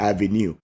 Avenue